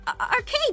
arcade